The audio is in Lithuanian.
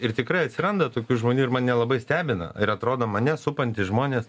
ir tikrai atsiranda tokių žmonių ir mane labai stebina ir atrodo mane supantys žmonės